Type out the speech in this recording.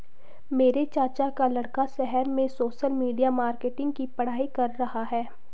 मेरे चाचा का लड़का शहर में सोशल मीडिया मार्केटिंग की पढ़ाई कर रहा है